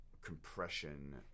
compression